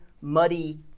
muddy